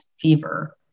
fever